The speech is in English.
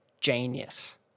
genius